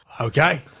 Okay